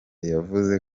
yavuze